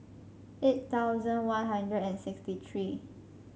eight thousand One Hundred and sixty three